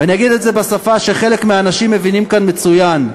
ואני אגיד את זה בשפה שחלק מהאנשים מבינים כאן מצוין: